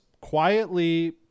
quietly